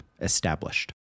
Established